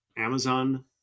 Amazon